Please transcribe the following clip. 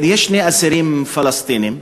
יש שני אסירים פלסטינים: